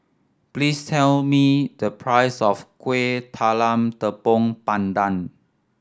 please tell me the price of Kuih Talam Tepong Pandan